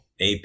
AP